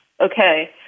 Okay